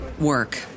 work